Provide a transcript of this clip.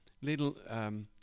Little